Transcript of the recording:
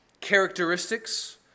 characteristics